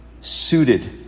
suited